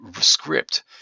script